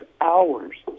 hours